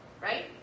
Right